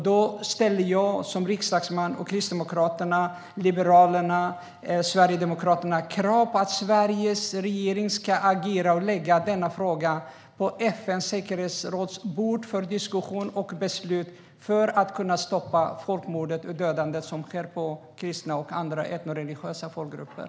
Då ställer jag som riksdagsman och Kristdemokraterna, Liberalerna och Sverigedemokraterna krav på att Sveriges regering ska agera och lägga denna fråga på FN:s säkerhetsråds bord för diskussion och beslut för att kunna stoppa folkmordet och dödandet som sker av kristna och andra etnoreligiösa folkgrupper.